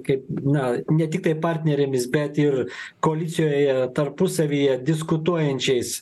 kaip na ne tiktai partnerėmis bet ir koalicijoje tarpusavyje diskutuojančiais